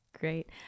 great